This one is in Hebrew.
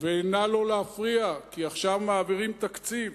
ונא לא להפריע, כי עכשיו מעבירים תקציב.